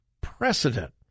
precedent